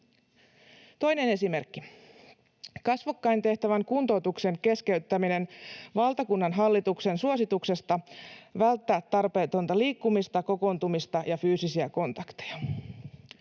Toinen esimerkki: kasvokkain tehtävän kuntoutuksen keskeyttäminen valtakunnan hallituksen suosituksesta välttää tarpeetonta liikkumista, kokoontumista ja fyysisiä kontakteja.